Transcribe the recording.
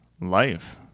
life